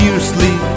Fiercely